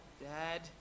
Dad